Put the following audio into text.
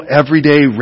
everyday